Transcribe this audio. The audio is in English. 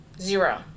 Zero